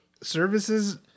services